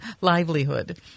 livelihood